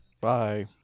Bye